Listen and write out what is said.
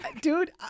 Dude